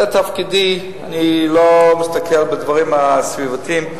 זה תפקידי, אני לא מסתכל בדברים בסביבתי.